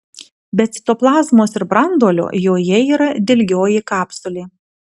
be citoplazmos ir branduolio joje yra dilgioji kapsulė